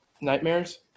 nightmares